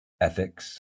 ethics